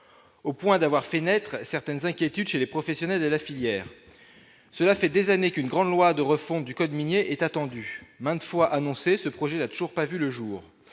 au point d'avoir fait naître certaines inquiétudes chez les professionnels de la filière, cela fait des années qu'une grande loi de refonte du code minier est attendu demain fois annoncé, ce projet n'a toujours pas vu le jour,